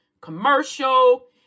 commercial